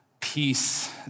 peace